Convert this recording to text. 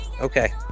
okay